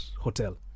hotel